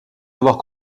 devoirs